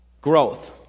Growth